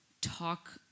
talk